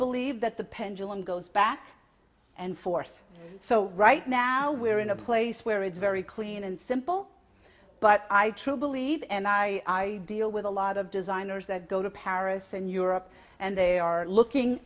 believe that the pendulum goes back and forth so right now we're in a place where it's very clean and simple but i truly believe and i deal with a lot of designers that go to paris and europe and they are looking